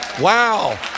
Wow